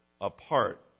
apart